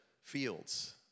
fields